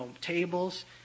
tables